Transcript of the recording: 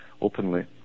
openly